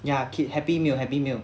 ya kid happy meal happy meal